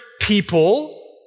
people